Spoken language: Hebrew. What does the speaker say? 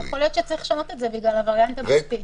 יכול להיות שצריך לשנות את זה בגלל הווריאנט הבריטי.